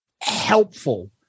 helpful